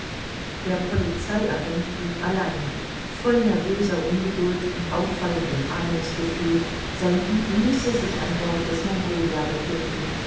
der polizei agent blieb allein voll nervöser ungeduld und auffallendem ahnungsgefühl sein dieb müsse sich an bord des mongolia befinden